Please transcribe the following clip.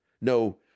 no